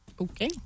okay